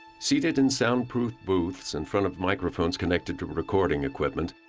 seated in soundproof booths, in front of microphones connected to recording equipment,